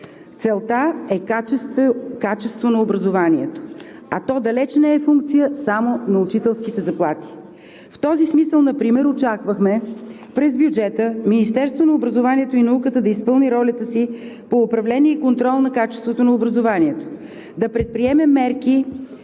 Целта е качество на образованието, а то далеч не е функция само на учителските заплати. В този смисъл например очаквахме през бюджета Министерството на образованието и науката да изпълни ролята си по управление и контрол на качеството на образованието, да предприеме мерки,